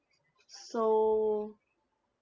so